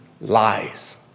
lies